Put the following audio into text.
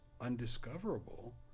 undiscoverable